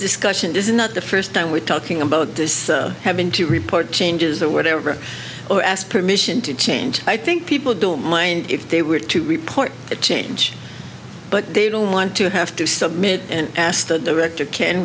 discussion this is not the first time we're talking about this have been to report changes that whatever or ask permission to change i think people don't mind if they were to report a change but they don't want to have to submit and ask the director can